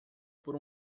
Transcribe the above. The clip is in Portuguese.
por